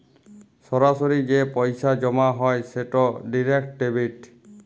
সরাসরি যে পইসা জমা হ্যয় সেট ডিরেক্ট ডেবিট